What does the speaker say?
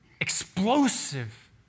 explosive